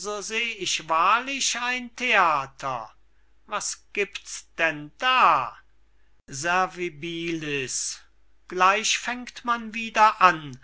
ich wahrlich ein theater was giebt's denn da servibilis gleich fängt man wieder an